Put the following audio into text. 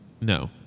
No